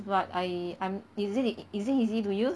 but I I'm is it is it easy to use